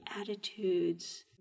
attitudes